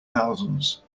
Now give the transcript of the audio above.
thousands